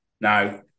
Now